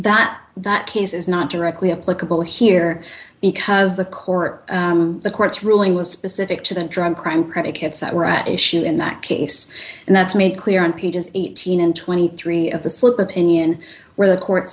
that case is not directly applicable here because the court the court's ruling was specific to the drug crime predicates that were at issue in that case and that's made clear in peter's eighteen and twenty three of the slip of opinion where the court